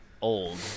old